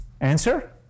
Answer